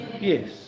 yes